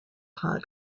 pot